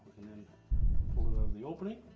then pull it on the opening.